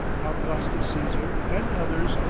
augustus caesar, and others,